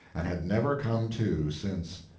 and had never come to since.